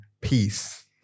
Peace